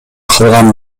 калган